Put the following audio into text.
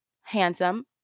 handsome